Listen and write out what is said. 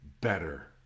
better